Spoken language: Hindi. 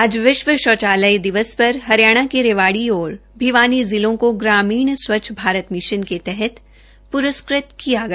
आज विश्व शौचालय दिवस पर हरियाणा के रेवाड़ी और भिवानी जिलों को ग्रामीण स्वच्छ भारत मिशन के तहत प्रस्कृत किया गया